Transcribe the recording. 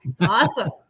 Awesome